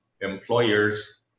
employers